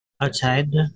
Outside